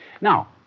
Now